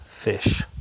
fish